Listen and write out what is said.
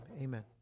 amen